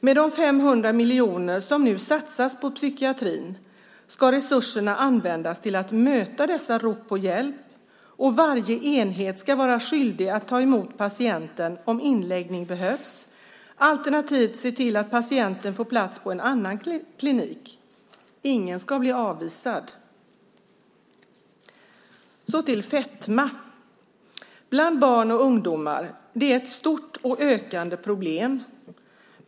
Med de 500 miljoner som nu satsas på psykiatrin ska resurserna användas till att möta dessa rop på hjälp. Varje enhet ska vara skyldig att ta emot patienten om inläggning behövs, alternativt se till att patienten får plats på en annan klinik. Ingen ska bli avvisad. Fetma bland barn och ungdomar är ett stort och ökande problem.